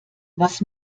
was